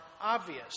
obvious